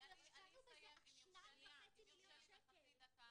אנחנו הכשרנו ב-2.5 מיליון שקל.